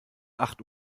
acht